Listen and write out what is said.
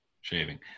Shaving